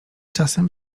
czasem